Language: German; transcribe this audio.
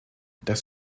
das